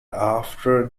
after